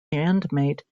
bandmate